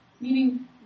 meaning